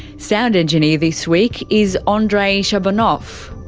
sound engineer this week is ah andrei shabunov,